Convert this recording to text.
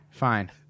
Fine